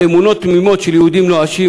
על אמונות תמימות של יהודים נואשים,